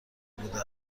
بوده